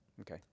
okay